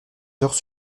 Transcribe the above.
heures